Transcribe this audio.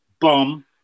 bomb